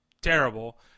terrible